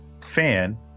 FAN